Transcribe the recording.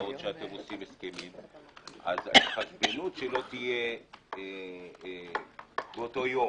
מודעות אז שלא תהיה באותו יום,